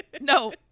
No